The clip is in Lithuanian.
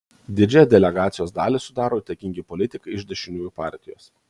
didžiąją delegacijos dalį sudaro įtakingi politikai iš dešiniųjų partijos